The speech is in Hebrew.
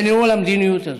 בניהול המדיניות הזאת.